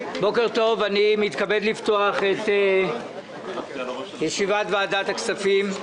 בוקר טוב, אני מתכבד לפתוח את ישיבת ועדת הכספים.